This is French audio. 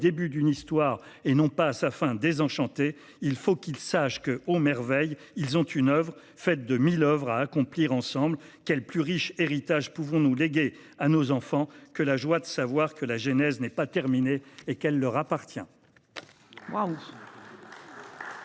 début d'une histoire et non pas à sa fin désenchantée. [...]« Il faut qu'ils sachent que, ô merveille, ils ont une oeuvre, faite de mille oeuvres, à accomplir, ensemble [...].« Quel plus riche héritage pouvons-nous léguer à nos enfants que la joie de savoir que la genèse n'est pas encore terminée et qu'elle leur appartient ?